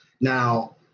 Now